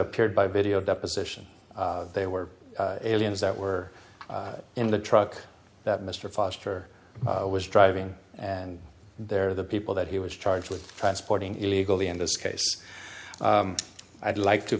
appeared by video deposition they were aliens that were in the truck that mr foster was driving and they're the people that he was charged with transporting illegally in this case i'd like to